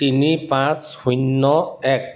তিনি পাঁচ শূন্য এক